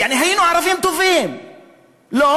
יעני, היינו ערבים טובים, לא?